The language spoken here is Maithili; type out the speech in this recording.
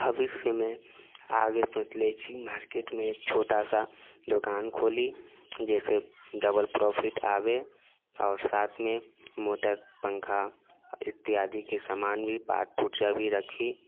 भविष्यमे आगे सोचले छी मार्केटमे एक छोटा सा दोकान खोली जाहिसँ डबल प्रोफिट आबै आओर साथमे मोटर पंखा इत्यादिके समान भी पार्ट पुर्जा भी रखी